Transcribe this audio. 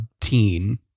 teen